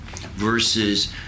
versus